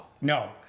No